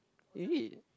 really